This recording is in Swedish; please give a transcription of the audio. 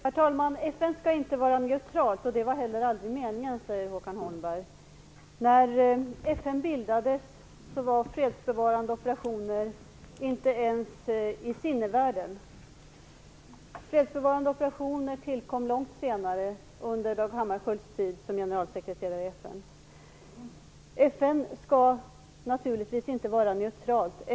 Fru talman! Håkan Holmberg säger att FN inte skall vara neutralt och att det heller aldrig var meningen att det skulle vara det. När FN bildades existerade inte fredsbevarande operationer ens i sinnevärlden. Fredsbevarande operationer tillkom långt senare, under Dag Hammarskjölds tid som generalsekreterare i FN. FN skall naturligtvis inte vara neutralt.